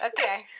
okay